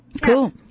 Cool